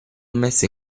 messa